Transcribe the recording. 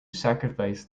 sacrifice